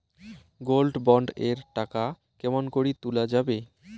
Gold bond এর টাকা কেমন করি তুলা যাবে?